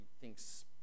thinks